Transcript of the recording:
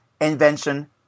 Invention